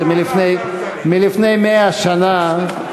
זה מלפני מאה שנה,